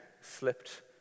slipped